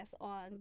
on